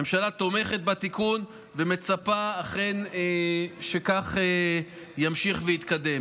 הממשלה תומכת בתיקון, ומצפה אכן שכך ימשיך ויתקדם.